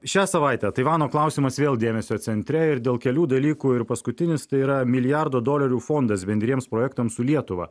šią savaitę taivano klausimas vėl dėmesio centre ir dėl kelių dalykų ir paskutinis tai yra milijardo dolerių fondas bendriems projektams su lietuva